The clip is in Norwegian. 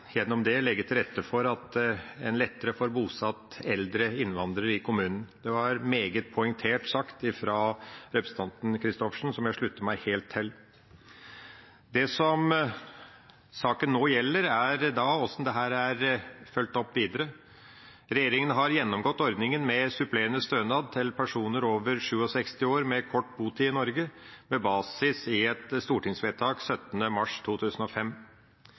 gjennom det kan legge til rette for at en lettere får bosatt eldre innvandrere i kommunen. Det var meget poengtert sagt fra representanten Christoffersen, og jeg slutter meg helt til det. Det som saken nå gjelder, er hvordan dette er fulgt opp videre. Regjeringa har gjennomgått ordninga med supplerende stønad til personer over 67 år med kort botid i Norge, med basis i et stortingsvedtak 17. mars 2005.